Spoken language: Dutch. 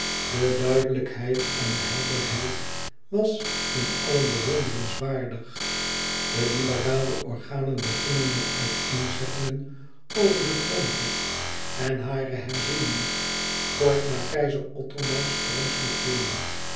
de duidelijkheid en helderheid was in alle bewonderenswaardig de liberale organen begonnen met uiteenzettingen over de grondwet en hare herziening kort na keizer othomars troonsbeklimming